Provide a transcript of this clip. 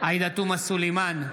עאידה תומא סלימאן,